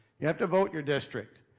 you have to vote your district.